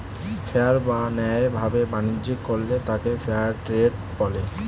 fair বা ন্যায় ভাবে বাণিজ্য করলে তাকে ফেয়ার ট্রেড বলে